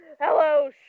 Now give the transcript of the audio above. Hello